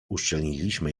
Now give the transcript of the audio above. uszczelniliśmy